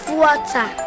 water